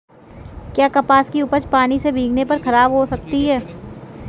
क्या कपास की उपज पानी से भीगने पर खराब हो सकती है?